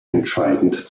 entscheidend